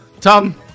Tom